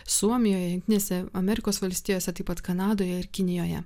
suomijoje jungtinėse amerikos valstijose taip pat kanadoje ir kinijoje